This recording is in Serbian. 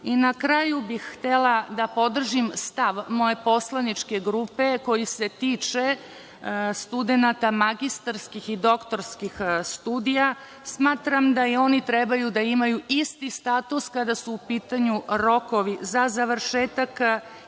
Na kraju, htela bih da podržim stav moje poslaničke grupe koji se tiče studenata magistarskih i doktorskih studija. Smatram da i oni trebaju da imaju isti status kada su u pitanju rokovi za završetak njihovih